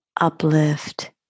uplift